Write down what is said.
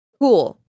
cool